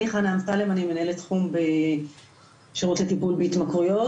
אמסלם, מנהלת תחום שירות לטיפול בהתמכרויות.